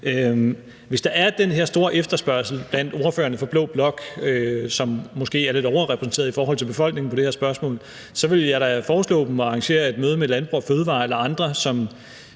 Hvis der er den her store efterspørgsel blandt ordførerne fra blå blok, som måske er lidt overrepræsenteret i forhold til befolkningen i det her spørgsmål, så vil jeg da foreslå dem at arrangere et møde med Landbrug & Fødevarer eller andre, som